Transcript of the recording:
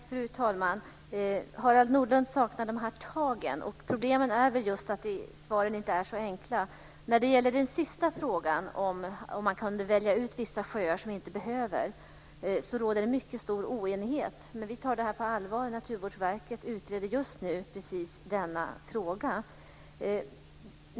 Fru talman! Harald Nordlund saknar de här tagen. Problemet är just att svaren inte är så enkla. När det gäller frågan om man kunde välja ut vissa sjöar som inte behöver kalkas råder det mycket stor oenighet. Men vi tar detta på allvar. Naturvårdsverket utreder just nu precis denna fråga.